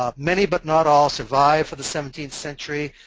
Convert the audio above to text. um many, but not all, survive for the seventeenth century.